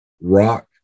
Rock